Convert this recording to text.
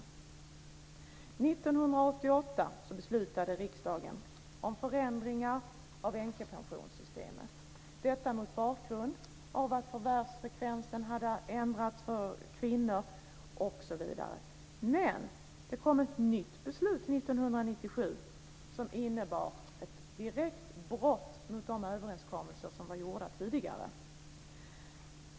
År 1988 beslutade riksdagen om förändringar av änkepensionssystemet. Detta gjorde man mot bakgrund av att förvärvsfrekvensen för kvinnor hade ändrats osv. Men det kom ett nytt beslut 1997 som innebar ett direkt brott mot de överenskommelser som var gjorda tidigare.